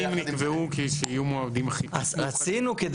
אז רצינו,